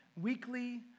weekly